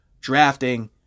drafting